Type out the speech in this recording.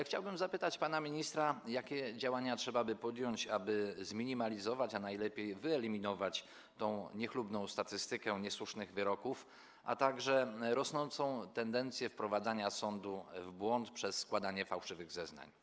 Chciałbym zapytać pana ministra, jakie działania trzeba by było podjąć, aby zminimalizować, a najlepiej wyeliminować, tę niechlubną statystykę niesłusznych wyroków, a także rosnącą tendencję w zakresie wprowadzania sądu w błąd przez składanie fałszywych zeznań.